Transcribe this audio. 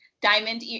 diamond